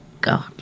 God